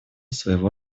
своего